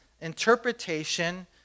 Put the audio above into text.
interpretation